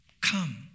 come